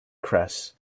cress